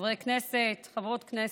חברי הכנסת, חברות הכנסת,